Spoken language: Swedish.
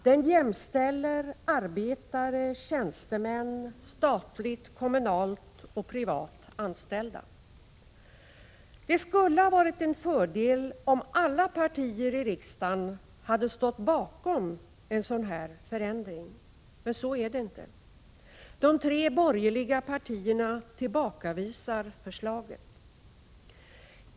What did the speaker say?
Den jämställer arbetare, tjänstemän samt statligt, kommunalt och privat anställda. Det skulle ha varit en fördel, om alla partier i riksdagen hade stått bakom en sådan här förändring. Men så är det inte. De tre borgerliga partierna tillbakavisar förslaget.